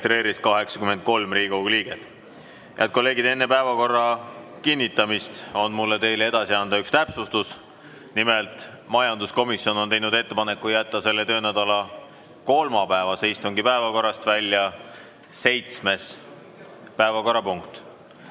ennast 83 Riigikogu liiget. Head kolleegid! Enne päevakorra kinnitamist on mul teile edasi anda üks täpsustus. Nimelt, majanduskomisjon on teinud ettepaneku jätta selle töönädala kolmapäevase istungi päevakorrast välja seitsmes päevakorrapunkt,